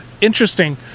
interesting